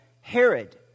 Herod